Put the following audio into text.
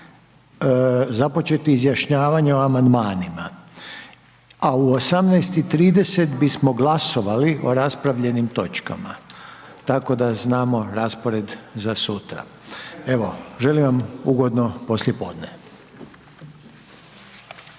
započeti izjašnjavanje o amandmanima, a u 18,30 bismo glasovali o raspravljenim točkama, tako da znamo raspored za sutra. Evo, želim vam ugodno poslijepodne.